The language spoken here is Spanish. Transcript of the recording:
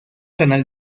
canal